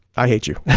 i hate you.